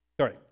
Sorry